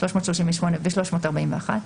338 ו-341.